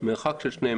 לבין החוק שמובא